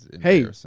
Hey